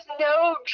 no